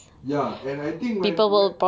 ya and then I think when when